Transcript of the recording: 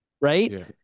Right